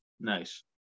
Nice